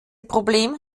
problem